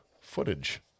footage